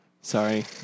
sorry